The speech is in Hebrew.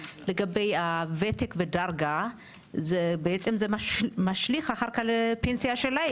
הוותק והדרגה משליכים אחר כך על הפנסיה שלהם.